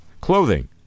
Clothing